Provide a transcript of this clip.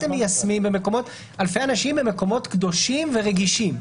אלפי אנשים במקומות קדושים ורגישים,